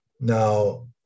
Now